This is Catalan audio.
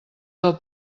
del